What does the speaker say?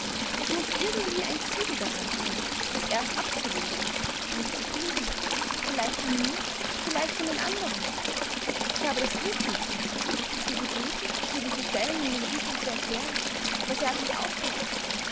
es muß irgendwie ein siegel daran sein das erst abzulösen ist um es zu finden vielleicht in mir vielleicht in den anderen ich habe das dienstmädchen gefragt sie gebeten mir diese stellen in den büchern zu erklären aber sie hat mich ausgelacht